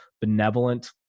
benevolent